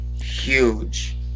huge